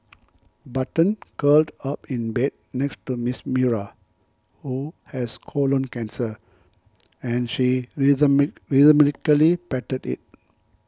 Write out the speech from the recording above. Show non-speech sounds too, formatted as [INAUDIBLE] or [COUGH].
button curled up in bed next to Miss Myra who has colon cancer and she [UNINTELLIGIBLE] rhythmically patted it